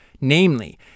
namely